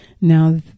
Now